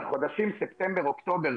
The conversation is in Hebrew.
על החודשים ספטמבר-אוקטובר,